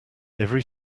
every